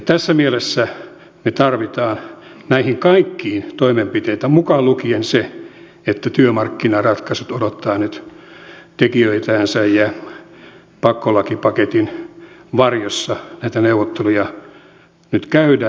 tässä mielessä me tarvitsemme näihin kaikkiin toimenpiteitä mukaan lukien se että työmarkkinaratkaisut odottavat nyt tekijöitänsä ja pakkolakipaketin varjossa näitä neuvotteluja nyt käydään